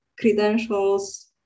credentials